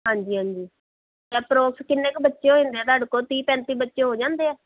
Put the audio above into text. ਹਾਂਜੀ ਹਾਂਜੀ ਐਪਰੋਕਸ ਕਿੰਨੇ ਕੁ ਬੱਚੇ ਹੋ ਜਾਂਦੇ ਹੈ ਤੁਹਾਡੇ ਕੋਲ ਤੀਹ ਪੈਂਤੀ ਬੱਚੇ ਹੋ ਜਾਂਦੇ ਹੈ